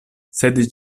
sed